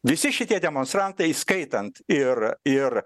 visi šitie demonstrantai įskaitant ir ir